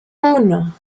uno